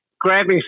grabbing